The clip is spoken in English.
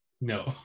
No